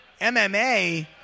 MMA